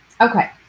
Okay